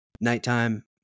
nighttime